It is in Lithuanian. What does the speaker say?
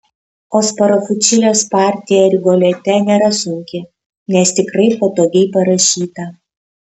o sparafučilės partija rigolete nėra sunki nes tikrai patogiai parašyta